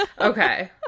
okay